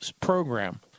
program